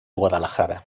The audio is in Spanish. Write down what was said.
guadalajara